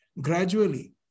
gradually